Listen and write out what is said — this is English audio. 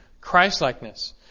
Christ-likeness